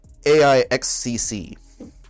AIXCC